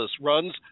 runs